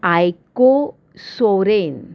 आयको Soren